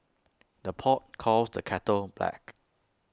the pot calls the kettle black